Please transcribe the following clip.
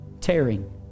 tearing